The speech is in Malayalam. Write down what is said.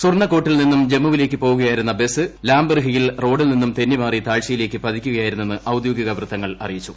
സുർനകോട്ടിൽ നിന്നും ജമ്മുവിലേയ്ക്ക് പോകുകയായിരുന്ന ബസ് ലാംബെർഹിയിൽ റോഡിൽ നിന്നും തെന്നിമാറി താഴ്ചയിലേയ്ക്ക് പതിക്കുകയായിരുന്നെന്ന് ഔദ്യോഗിക വൃത്തങ്ങൾ അറിയിച്ചു